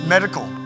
Medical